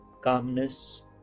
calmness